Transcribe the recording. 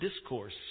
Discourse